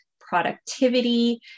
productivity